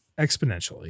exponentially